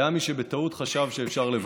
היה מי שבטעות חשב שאפשר לוותר.